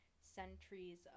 centuries